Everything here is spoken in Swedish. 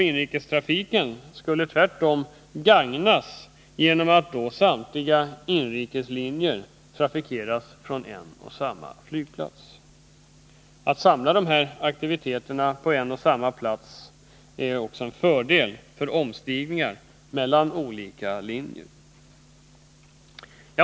Inrikestrafiken skulle gagnas av en utflyttning genom att då samtliga inrikeslinjer trafikeras från en och samma flygplats. Att samla alla dessa aktiviteter på en och samma plats är alltså till fördel vid omstigningar mellan olika linjer.